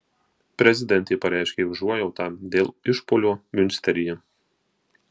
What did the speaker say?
prezidentė pareiškė užuojautą dėl išpuolio miunsteryje